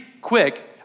quick